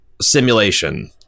simulation